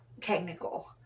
technical